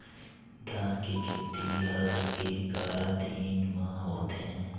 धान के खेती हर के करा दिन म होथे?